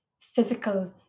physical